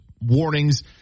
warnings